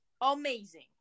amazing